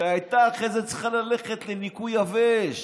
שהייתה אחרי זה צריכה ללכת לניקוי יבש.